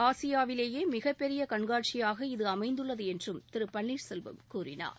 ஆசியாவிலேயே மிகப்பெரிய கண்காட்சியாக இது அமைந்துள்ளது என்றும் திரு பள்ளீர் செல்வம் கூறினார்